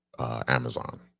Amazon